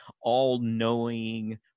all-knowing